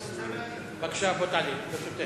אני רוצה להעיר.